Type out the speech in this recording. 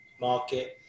market